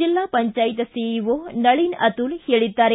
ಜಿಲ್ಲಾ ಪಂಚಾಯತ್ ಸಿಇಒ ನಳನ್ ಅತುಲ್ ಹೇಳದ್ದಾರೆ